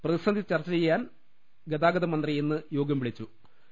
പ്രതിസന്ധി ചർച്ചചെയ്യാൻ ഗതാഗതമന്ത്രി ഇന്ന് യോഗം വിളിച്ചിട്ടുണ്ട്